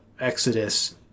Exodus